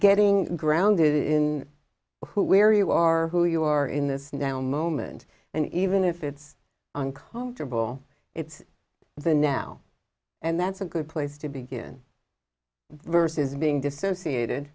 getting grounded in who where you are who you are in this now moment and even if it's uncomfortable it's the now and that's a good place to begin versus being dissociated